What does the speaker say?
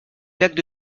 plaques